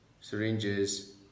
syringes